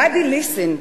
גדי לסין,